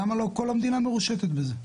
למה לא כל המדינה מרושתת בזה?